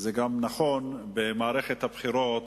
וזה גם נכון במערכת הבחירות